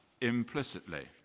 implicitly